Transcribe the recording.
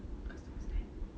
customer that